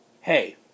hey